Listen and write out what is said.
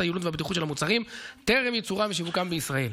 היעילות והבטיחות של המוצרים טרם ייצורם ושיווקם בישראל.